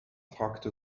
fragte